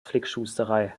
flickschusterei